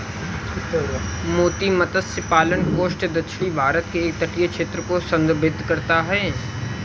मोती मत्स्य पालन कोस्ट दक्षिणी भारत के एक तटीय क्षेत्र को संदर्भित करता है